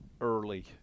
early